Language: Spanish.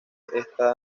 esta